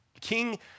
king